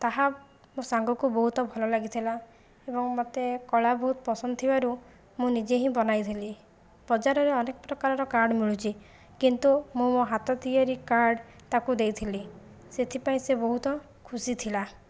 ତାହା ମୋ ସାଙ୍ଗକୁ ବହୁତ ଭଲ ଲାଗିଥିଲା ଏବଂ ମୋତେ କଳା ବହୁତ ପସନ୍ଦ ଥିବାରୁ ମୁଁ ନିଜେ ହିଁ ବନାଇଥିଲି ବଜାରରେ ଅନେକ ପ୍ରକାରର କାର୍ଡ଼ ମିଳୁଛି କିନ୍ତୁ ମୁଁ ମୋ ହାଥ ତିଆରି କାର୍ଡ଼ ତାକୁ ଦେଇଥିଲି ସେଥିପାଇଁ ସେ ବହୁତ ଖୁସି ଥିଲା